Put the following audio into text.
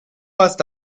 hast